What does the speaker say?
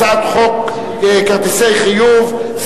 הצעת חוק כרטיסי חיוב (תיקון,